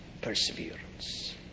perseverance